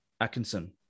Atkinson